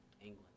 England